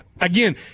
Again